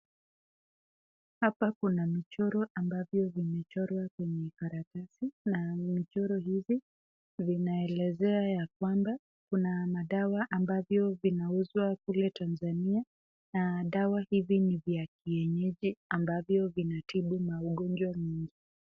Hapa kuna michoro ambavyo vimechorwa kwa karatasi , na michoro hivi inaelezea ya kwamba kuna madawa ambavyo vinauzwa kule Tanzania na dawa hizi ni za kienyeji ambavyo vina tibu magonjwamingi .